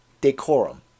decorum